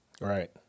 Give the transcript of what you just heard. Right